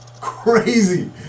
Crazy